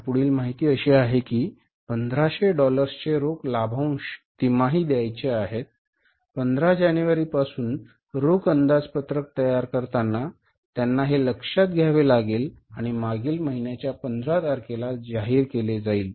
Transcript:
तर पुढील माहिती अशी आहे की 1500 डॉलर्सचे रोख लाभांश तिमाही द्यायचे आहेत 15 जानेवारीपासून रोख अंदाजपत्रक तयार करताना त्यांना ते लक्षात घ्यावे लागेल आणि मागील महिन्याच्या 15 तारखेला जाहीर केले जाईल